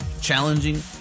challenging